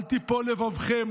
אל ייפול לבבכם.